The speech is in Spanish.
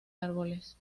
árboles